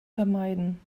vermeiden